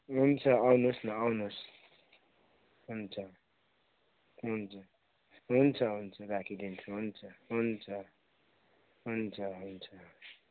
हुन्छ आउनुहोस् न आउनुहोस् हुन्छ हुन्छ हुन्छ हुन्छ राखिदिन्छु हुन्छ हुन्छ हुन्छ हुन्छ